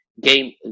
game